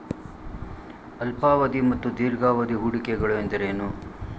ಅಲ್ಪಾವಧಿ ಮತ್ತು ದೀರ್ಘಾವಧಿ ಹೂಡಿಕೆಗಳು ಎಂದರೇನು?